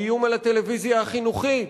האיום על הטלוויזיה החינוכית,